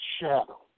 shadow